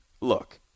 Look